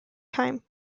time